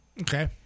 okay